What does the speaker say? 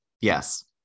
Yes